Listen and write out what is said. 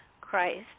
Christ